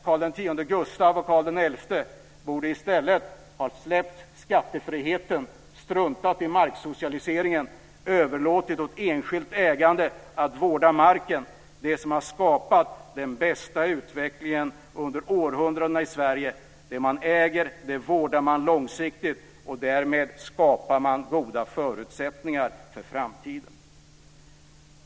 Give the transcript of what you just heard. Karl X Gustav och Karl XI borde i stället ha släppt skattefriheten, struntat i marksocialiseringen och överlåtit åt enskilt ägande att vårda marken - det som har skapat den bästa utvecklingen under århundradena i Sverige. Det man äger, det vårdar man långsiktigt. Därmed skapar man goda förutsättningar för framtiden.